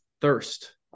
thirst